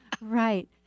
Right